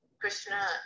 Krishna